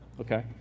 okay